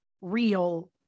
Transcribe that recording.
real